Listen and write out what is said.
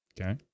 Okay